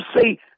say